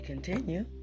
Continue